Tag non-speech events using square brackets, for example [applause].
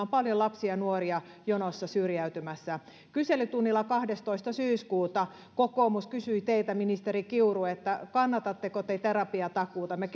[unintelligible] on paljon lapsia ja nuoria jonossa syrjäytymässä kyselytunnilla kahdestoista syyskuuta kokoomus kysyi teiltä ministeri kiuru kannatatteko te terapiatakuuta me [unintelligible]